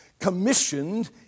commissioned